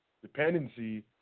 dependency